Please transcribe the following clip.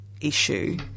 issue